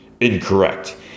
incorrect